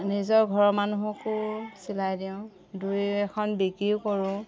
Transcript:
নিজৰ ঘৰৰ মানুহকো চিলাই দিওঁ দুই এখন বিক্ৰীও কৰোঁ